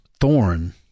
thorn